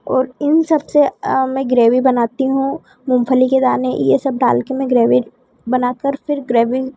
और इन सबसे मैं ग्रेवी बनाती हूँ मूंगफली के दाने ये सब डाल के मैं ग्रेवी बनाकर फिर ग्रेवी